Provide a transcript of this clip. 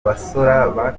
abasora